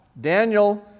Daniel